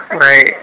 right